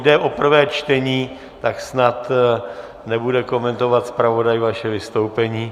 Jde o prvé čtení, tak snad nebude komentovat zpravodaj vaše vystoupení.